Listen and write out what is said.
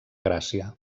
gràcia